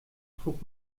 trug